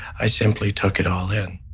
i simply took it all in